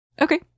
Okay